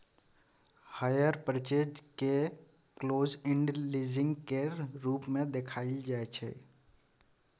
hire purchase केँ close end leasing केर रूप मे देखाएल जाइ छै